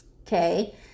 Okay